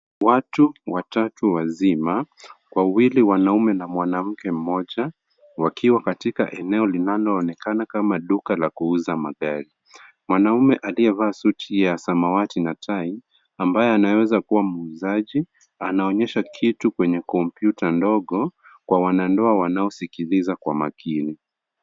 Watu watatu wazima, wawili wanaume na mwanamke mmoja wakiwa katika eneo linaloonekana kama duka la kuuza magari. Mwanaume aliyevaa suti ya samawati na tai ambaye anaweza kuwa muuzaji anaonyesha kitu kwenye kompyuta ndogo kwa wanandoa wanaosikiliza kwa makini.